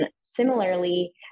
similarly